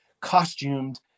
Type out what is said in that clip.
costumed